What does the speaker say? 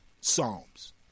Psalms